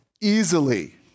easily